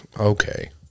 okay